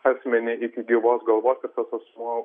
asmenį iki gyvos galvos ir tas asmuo